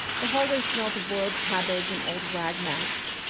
the hallway smelt of boiled cabbage and old rag mats.